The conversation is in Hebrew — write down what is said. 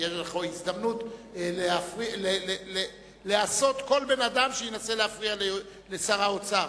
תהיה לך הזדמנות להסות כל בן-אדם שינסה להפריע לשר האוצר,